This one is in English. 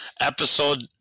episode